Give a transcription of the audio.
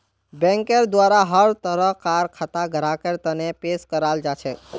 बैंकेर द्वारा हर तरह कार खाता ग्राहकेर तने पेश कराल जाछेक